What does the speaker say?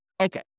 Okay